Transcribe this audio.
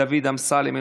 דוד אמסלם,